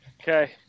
Okay